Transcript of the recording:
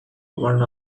one